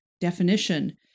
definition